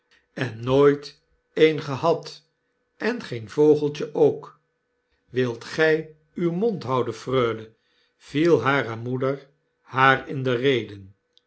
en nooit een gehad en geen vogeltje ook wilt gy uw mond houden freule viel hare moeder haar in de rede